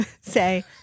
say